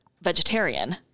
vegetarian